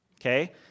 okay